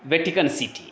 Vatican city